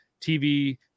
TV